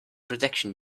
protection